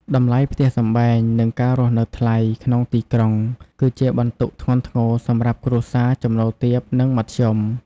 តម្លៃផ្ទះសម្បែង និងការរស់នៅថ្លៃក្នុងទីក្រុង គឺជាបន្ទុកធ្ងន់ធ្ងរសម្រាប់គ្រួសារចំណូលទាប និងមធ្យម។